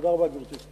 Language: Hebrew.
תודה רבה, גברתי.